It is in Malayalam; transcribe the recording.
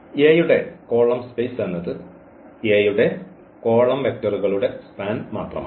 A യുടെ കോളം സ്പേസ് എന്നത് A യുടെ കോളം വെക്റ്ററുകളുടെ സ്പാൻ മാത്രമാണ്